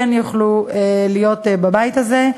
כן יוכלו להיות בבית הזה.